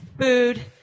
food